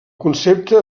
concepte